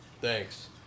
thanks